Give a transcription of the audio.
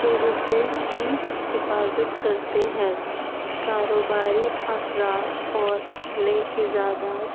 کے حقوق کی حفاظت کرتے ہیں کاروباری افراد اور اپنے ایجادات